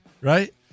Right